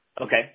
Okay